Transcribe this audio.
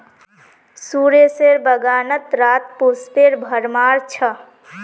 सुरेशेर बागानत शतपुष्पेर भरमार छ